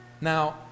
Now